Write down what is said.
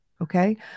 Okay